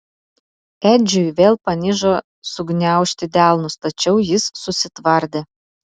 edžiui vėl panižo sugniaužti delnus tačiau jis susitvardė